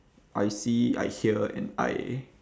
I see I hear and I